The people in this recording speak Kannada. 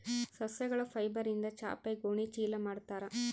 ಸಸ್ಯಗಳ ಫೈಬರ್ಯಿಂದ ಚಾಪೆ ಗೋಣಿ ಚೀಲ ಮಾಡುತ್ತಾರೆ